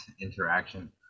interaction